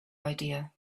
idea